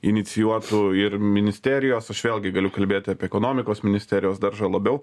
inicijuotų ir ministerijos aš vėlgi galiu kalbėti apie ekonomikos ministerijos daržą labiau